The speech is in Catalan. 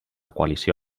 coalició